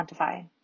quantify